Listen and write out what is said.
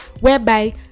whereby